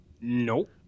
Nope